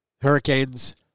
Hurricanes